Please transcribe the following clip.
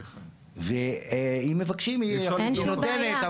ואם מבקשים היא נותנת,